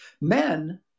men